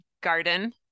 garden